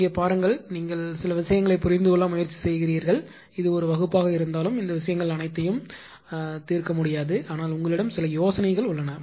இங்கே பாருங்கள் நீங்கள் சில விஷயங்களை புரிந்து கொள்ள முயற்சி செய்கிறீர்கள் இது ஒரு வகுப்பாக இருந்தாலும் இந்த விஷயங்கள் அனைத்தையும் தீர்க்க முடியாது ஆனால் உங்களிடம் சில யோசனைகள் உள்ளன